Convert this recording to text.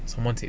someone said